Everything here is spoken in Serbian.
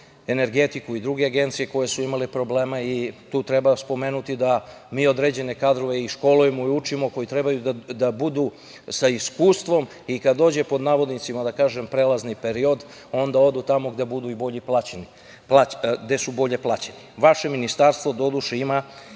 energetiku i druge agencije koje su imale probleme i tu treba spomenuti da mi određene kadrove iškolujemo, i učimo, koji treba da budu sa iskustvom i kad dođe „prelazni period“ onda odu tamo gde su bolje plaćeni. Vaše ministarstvo, doduše, ima